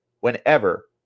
whenever